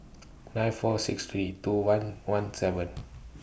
nine four six three two one one seven